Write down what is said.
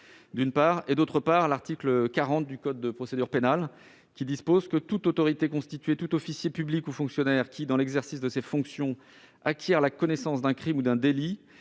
contrôle. En second lieu, l'article 40 du code de procédure pénale dispose que « toute autorité constituée, tout officier public ou fonctionnaire qui, dans l'exercice de ses fonctions, acquiert la connaissance d'un crime ou d'un délit